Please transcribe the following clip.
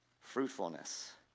fruitfulness